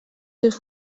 seus